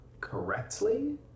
correctly